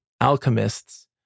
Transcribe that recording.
alchemists